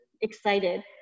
excited